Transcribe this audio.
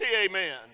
Amen